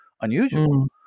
unusual